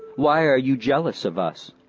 why are you jealous of us?